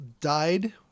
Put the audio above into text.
died